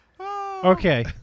Okay